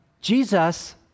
Jesus